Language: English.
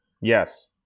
Yes